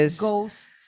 ghosts